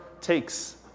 takes